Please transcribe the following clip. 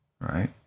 right